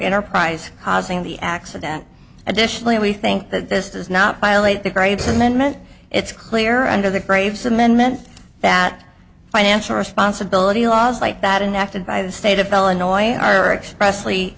enterprise causing the accident additionally we think that this does not violate the grapes and then meant it's clear under the graves amendment that financial responsibility laws like that in acted by the state of illinois are expres